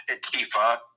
atifa